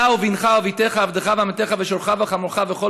אתה ובנך ובתך ועבדך ואמתך ושורך וחמֹרך וכל